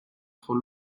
trop